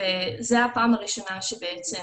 זו הפעם הראשונה שבעצם